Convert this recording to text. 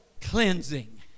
cleansing